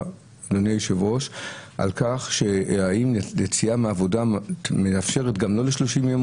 על האם יציאה לצרכי עבודה אפשרית גם לא ל-30 ימים,